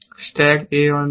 stack a on b